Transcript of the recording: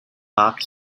park